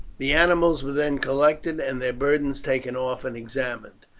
the animals were then collected, and their burdens taken off and examined.